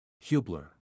Hubler